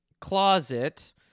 closet